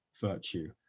virtue